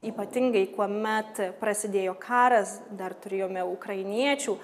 ypatingai kuomet prasidėjo karas dar turėjome ukrainiečių